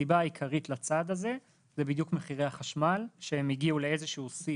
הסיבה העיקרית לצעד הזה זה בדיוק מחירי החשמל שהם הגיעו לאיזשהו שיא